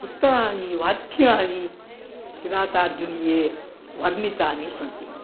उत्तराणि वाक्यानि किरातार्जुनीये वर्णितानि सन्ति